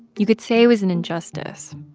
you could say it was an injustice,